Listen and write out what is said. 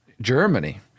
Germany